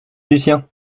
lucien